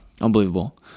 Unbelievable